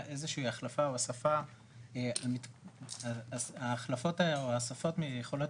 איזה שהיא החלפה או הוספה אז ההחלפות האלה או ההוספות יכולות